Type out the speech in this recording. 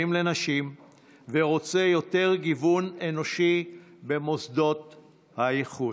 לנשים ורוצה יותר גיוון אנושי במוסדות האיחוד.